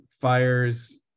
fires